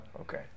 Okay